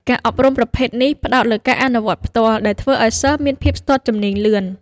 ការអប់រំប្រភេទនេះផ្ដោតលើការអនុវត្តផ្ទាល់ ដែលធ្វើឱ្យសិស្សមានភាពស្ទាត់ជំនាញលឿន។